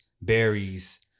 berries